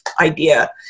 idea